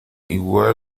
igual